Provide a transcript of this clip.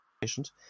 patient